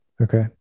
Okay